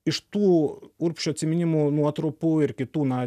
iš tų urbšio atsiminimų nuotrupų ir kitų na